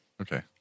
Okay